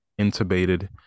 intubated